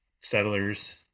Settlers